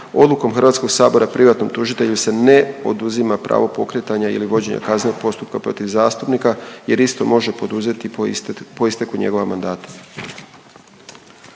odlukom HS privatnom tužitelju se ne oduzima pravo pokretanja ili vođenja kaznenog postupka protiv zastupnika jer isto može poduzeti po isteku njegova mandata.